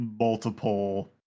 multiple